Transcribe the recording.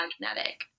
magnetic